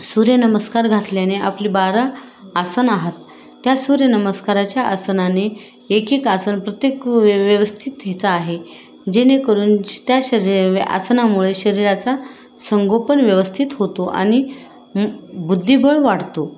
सूर्यनमस्कार घातल्याने आपली बारा आसनं आहेत त्या सूर्यनमस्काराच्या आसनांनी एकेक आसन प्रत्येक व्य व्यवस्थित हेचं आहे जेणेकरून ज् त्या शरीरा व्या आसनांमुळे शरीराचे संगोपन व्यवस्थित होते आणि बुद्धिबळ वाढते